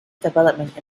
development